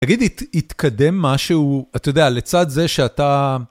תגיד לי, התקדם משהו, אתה יודע, לצד זה שאתה...